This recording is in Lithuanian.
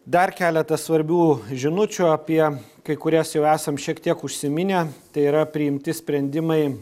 dar keletą svarbių žinučių apie kai kurias jau esam šiek tiek užsiminę tai yra priimti sprendimai